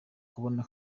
kubona